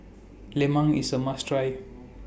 Lemang IS A must Try